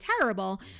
terrible